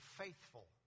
faithful